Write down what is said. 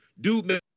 Dude